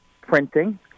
printing –